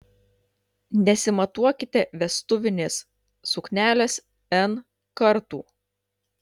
nesimatuokite vestuvinės suknelės n kartų